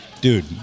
dude